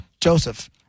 Joseph